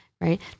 right